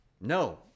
No